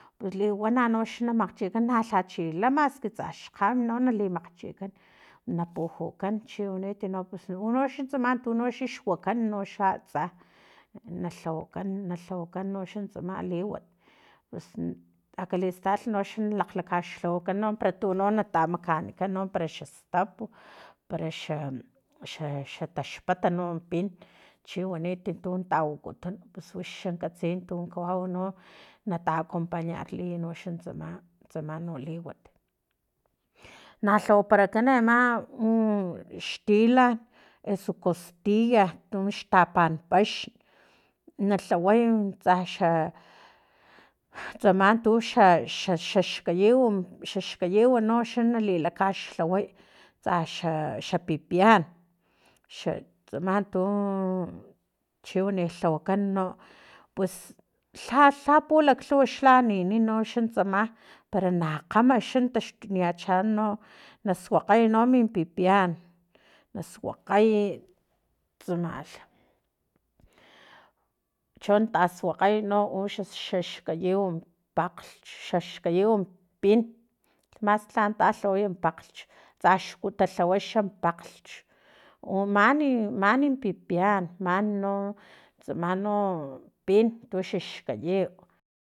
Pus liwana no xa na makgchikan na lhachila maski tsa xkgam no nali makgchikan napujukan chiwaniti no pus unoxa tsama no tuxax wakan noxa atsa nalhawakan nalhawakan noxa tsama liwat pus akalistal noxa na lakgkaxlhawakan no para tu no tamakanikan no para xastapu para xa xa xa taxpat no mpin chiwaniti tu tawokutun pus wixixan katsiy tun kawau no natacompañarliy noxa tsama tsama no liwat na lhawaparakan ama nn xtilan eso costilla tux tapan paxn nalhaway tsaxa tsama tuxa xa xax kayiw xaxkayiwno nali kaxlaway tsaxa pipian xa tsama tu chiwani lhawakan no pues lhalha pulaklhuw xla anini noxa tsama para na kgamaxa taxtuniachaan no na suakgay no min pipian na suakgayi tsamalh chon tasuakgay no uxa xa xkayiw pakglhch xaxkayiw pin maski lhanatalhaway pakglhch tsa xkuta lhawaxa pakglhch mani mani pipian nam no tsama no pin tu xaxkayiw